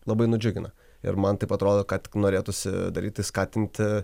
labai nudžiugina ir man taip atrodo kad norėtųsi daryti skatinti